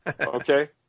Okay